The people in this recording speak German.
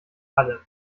alle